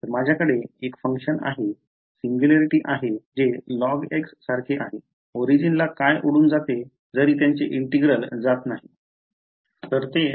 तर माझ्याकडे एक फंक्शन आहे सिंग्युलॅरिटी आहे जेlog सारखे आहे origin ला काय उडून जाते जरी त्याचे इंटिग्रल जात नाही ठीक आहे